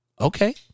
Okay